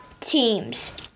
teams